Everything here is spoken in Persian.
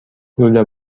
لوله